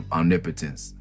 omnipotence